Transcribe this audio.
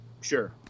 sure